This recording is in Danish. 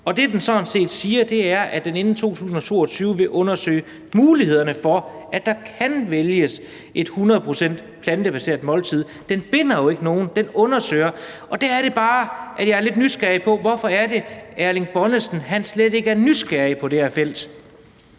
Det, det sådan set siger, er, at man inden 2022 skal undersøge mulighederne for, at der kan vælges et 100 pct. plantebaseret måltid. Det binder jo ikke nogen, det pålægger regeringen at undersøge. Der er det bare, at jeg er lidt nysgerrig på, hvorfor Erling Bonnesen slet ikke er nysgerrig på det her felt.